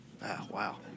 Wow